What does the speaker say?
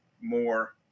more